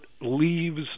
leaves